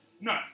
No